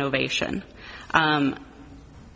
ovation